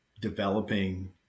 developing